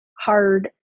hard